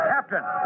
Captain